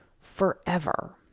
forever